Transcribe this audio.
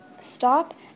stop